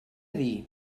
dir